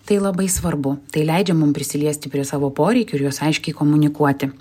tai labai svarbu tai leidžia mum prisiliesti prie savo poreikių ir juos aiškiai komunikuoti